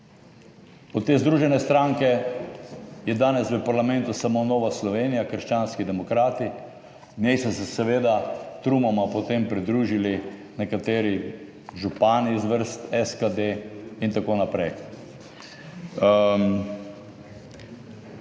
Od te Združene stranke je danes v parlamentu samo Nova Slovenija, krščanski demokrati, njej so se seveda trumoma potem pridružili nekateri župani iz vrst SKD in tako naprej.